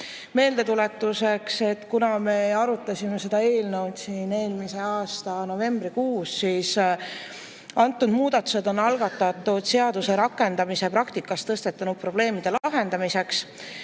Meeldetuletuseks. Kuna me arutasime seda eelnõu eelmise aasta novembrikuus, siis on muudatused algatatud seaduse rakendamise praktikas tõstatunud probleemide lahendamiseks.